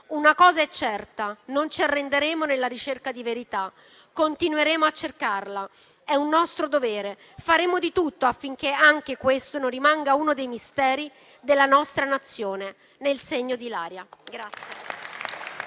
Una cosa è certa: non ci arrenderemo nella ricerca di verità, continueremo a cercarla, è un nostro dovere. Faremo di tutto affinché anche questo non rimanga uno dei misteri della nostra Nazione, nel segno di Ilaria.